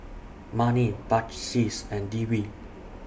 Murni Balqis and Dewi